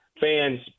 fans